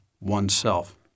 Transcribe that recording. oneself